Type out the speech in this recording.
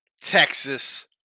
Texas